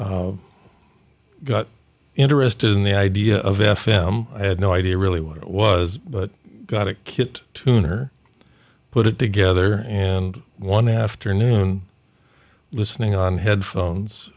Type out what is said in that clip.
i got interested in the idea of f m i had no idea really what it was but got a kit tuner put it together and one afternoon listening on headphones